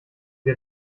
wir